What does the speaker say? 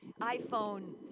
iPhone